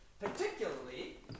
Particularly